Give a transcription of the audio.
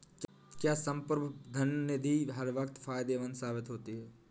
क्या संप्रभु धन निधि हर वक्त फायदेमंद साबित होती है?